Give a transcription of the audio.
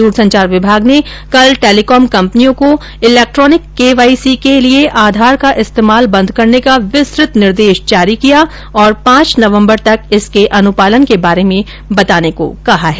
दूरसंचार विभाग ने कल टेलीकॉम कंपनियों को इलेक्ट्रॉनिक के वाई सी के लिए आधार का इस्तेमाल बंद करने का विस्तृत निर्देश जारी किया और पांच नवम्बर तक इसके अनुपालन के बारे में बताने को कहा है